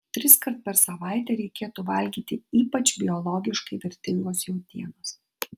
triskart per savaitę reikėtų valgyti ypač biologiškai vertingos jautienos